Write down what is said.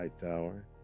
Hightower